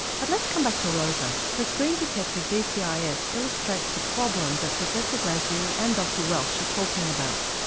but let's come back to rosa. her screen detected dcis illustrates the problem that professor glasziou and dr welch are talking about.